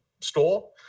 store